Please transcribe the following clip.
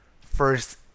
first